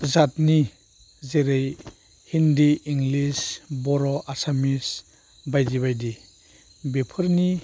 जातनि जेरै हिन्दि इंलिस बर' आसामिस बायदि बायदि बेफोरनि